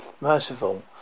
merciful